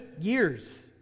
years